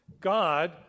God